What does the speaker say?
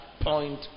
point